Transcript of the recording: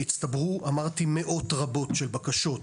הצטברו, כמו שאמרתי, מאות רבות של בקשות.